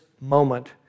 moment